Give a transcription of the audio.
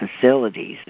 facilities